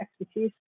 expertise